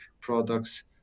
products